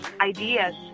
ideas